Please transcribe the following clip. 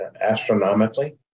astronomically